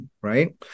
right